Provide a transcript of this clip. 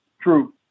True